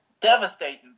devastating